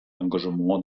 engagement